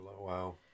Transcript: Wow